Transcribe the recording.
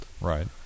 Right